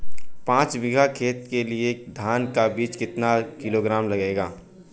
पाँच बीघा खेत के लिये धान का बीज कितना किलोग्राम लगेगा?